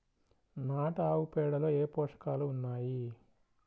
నాటు ఆవుపేడలో ఏ ఏ పోషకాలు ఉన్నాయి?